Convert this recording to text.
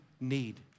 need